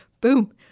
Boom